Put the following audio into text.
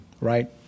right